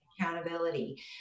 accountability